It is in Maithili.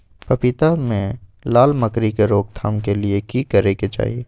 पपीता मे लाल मकरी के रोक थाम के लिये की करै के चाही?